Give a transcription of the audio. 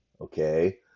okay